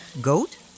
Goat